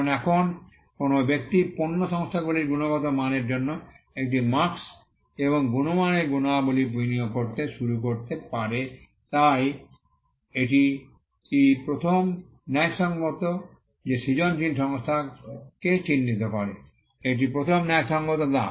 কারণ এখন কোনও ব্যক্তি পণ্য সংস্থাগুলির গুণগত মানের জন্য একটি মার্ক্স্ এবং গুণমানের গুণাবলী বিনিয়োগ করতে শুরু করতে পারে তাই এটিই প্রথম ন্যায়সঙ্গত যে সৃজনশীল সংস্থাকে চিহ্নিত করে এটিই প্রথম ন্যায়সঙ্গততা